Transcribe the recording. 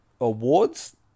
awards